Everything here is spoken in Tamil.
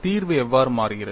தீர்வு எவ்வாறு மாறுகிறது